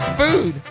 food